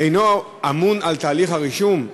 אינו אמון על תהליך הרישום?